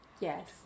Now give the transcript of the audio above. Yes